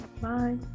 Bye